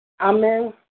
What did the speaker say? Amen